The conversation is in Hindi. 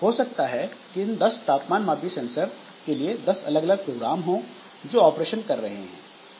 हो सकता है कि इन 10 तापमान मापी सेंसर के लिए दस अलग अलग प्रोग्राम हों जो ऑपरेशन कर रहे हैं